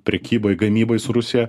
prekyboj gamyboj su rusija